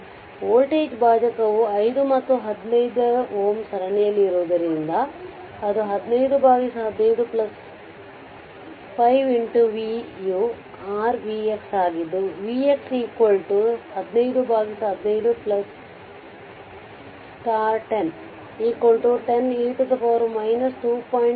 ಆದ್ದರಿಂದ ವೋಲ್ಟೇಜ್ ಭಾಜಕವು 5 ಮತ್ತು 15 Ω ಸರಣಿಯಲ್ಲಿರುವುದರಿಂದ ಅದು 1515 5 v vಯು rvx ಆಗಿದ್ದು vx 1515 1010e 2